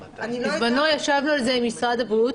בזמנו ישבנו על זה עם משרד הבריאות.